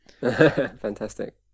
Fantastic